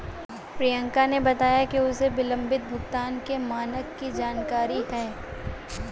प्रियंका ने बताया कि उसे विलंबित भुगतान के मानक की जानकारी है